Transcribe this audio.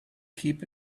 keep